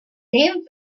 named